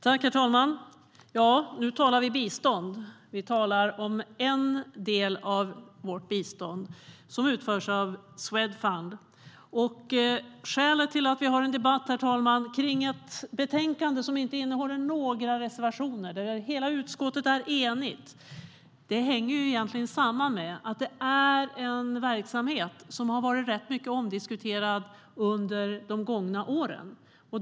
Herr talman! Nu talar vi om bistånd. Vi talar om en del av vårt bistånd som utförs av Swedfund. Skälet till att vi har en debatt om ett betänkande som inte innehåller några reservationer och där hela utskottet är enigt hänger samman med att det är en verksamhet som varit rätt mycket omdiskuterad under de gångna åren.